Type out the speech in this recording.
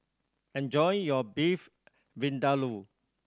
enjoy your Beef Vindaloo